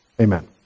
Amen